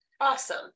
Awesome